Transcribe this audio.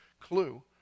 clue